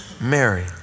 Mary